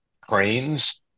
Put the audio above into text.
cranes